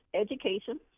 education